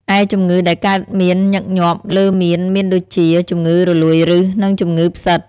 ឯជំងឺដែលកើតមានញឹកញាប់លើមៀនមានដូចជា ជំងឺរលួយឫស និង ជំងឺផ្សិត។